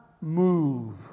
move